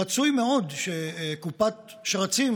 רצוי מאוד שקופת שרצים,